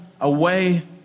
away